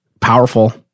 powerful